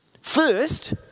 First